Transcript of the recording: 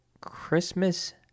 Christmas